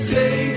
day